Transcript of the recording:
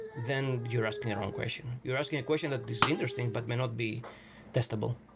then you're asking a wrong question. you're asking a question that is interesting but may not be testable.